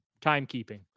timekeeping